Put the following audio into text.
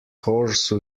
horse